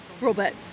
Robert